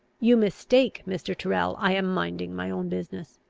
you mistake, mr. tyrrel i am minding my own business.